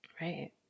Right